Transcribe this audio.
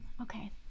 Okay